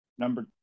Number